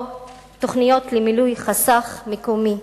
או תוכניות למילוי חסך מקומי,